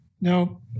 No